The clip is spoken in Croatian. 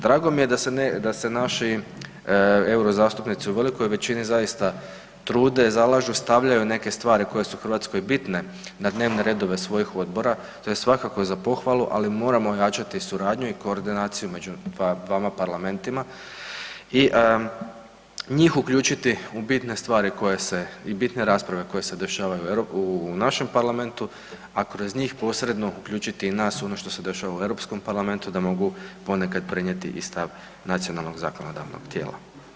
Drago mi je da se naši eurozastupnici u velikoj većini zaista trude, zalažu, stavljaju neke stvari koje su Hrvatskoj bitne na dnevne redove svojih odbora, to je svakako za pohvalu ali moramo ojačati suradnju i koordinaciju među dvama parlamentima i njih uključiti u bitne stvari koje se i bitne rasprave koje se dešavaju u našem parlamentu a kroz njih posredno uključiti i nas u ono što se dešava u Europskom parlamentu da mogu ponekad prenijeti i stav nacionalnog zakonodavnog tijela.